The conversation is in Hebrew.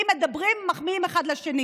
ואם מדברים, מחמיאים אחד לשני,